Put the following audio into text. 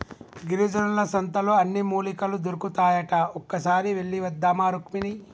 గిరిజనుల సంతలో అన్ని మూలికలు దొరుకుతాయట ఒక్కసారి వెళ్ళివద్దామా రుక్మిణి